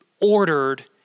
ordered